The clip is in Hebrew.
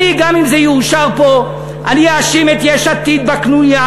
גם אם זה יאושר פה, אני אאשים את יש עתיד בקנוניה.